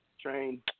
train